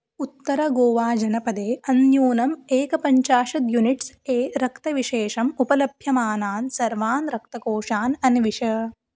उत्तरगोवाजनपदे अन्यूनम् एकपञ्चाशद् units A रक्तविशेषम् उपलभ्यमानान् सर्वान् रक्तकोषान् अन्विष